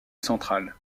central